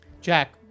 Jack